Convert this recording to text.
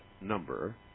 number